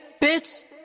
bitch